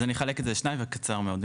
אז אני אחלק את זה לשניים וזה יהיה קצר מאוד.